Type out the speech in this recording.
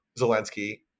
Zelensky